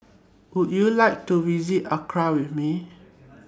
Would YOU like to visit Accra with Me